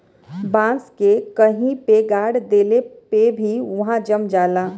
बांस के कहीं पे गाड़ देले पे भी उहाँ जम जाला